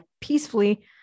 peacefully